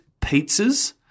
pizzas